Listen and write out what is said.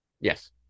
Yes